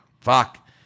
Fuck